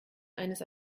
eines